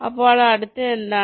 അപ്പോൾ അടുത്തത് എന്താണ്